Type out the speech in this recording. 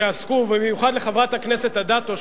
במיוחד לחברת הכנסת אדטו,